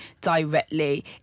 directly